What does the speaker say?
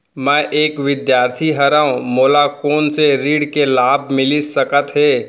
मैं एक विद्यार्थी हरव, मोला कोन से ऋण के लाभ मिलिस सकत हे?